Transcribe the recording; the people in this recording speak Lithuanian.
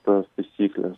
tas taisykles